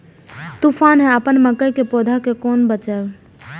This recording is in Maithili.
तुफान है अपन मकई के पौधा के केना बचायब?